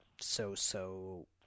so-so